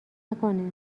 نکنه